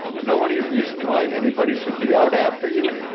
know any reason why anybody should be out after you?